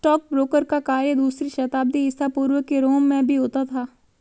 stockbroker का कार्य दूसरी शताब्दी ईसा पूर्व के रोम में भी होता था